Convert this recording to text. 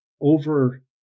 over